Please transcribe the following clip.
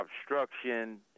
obstruction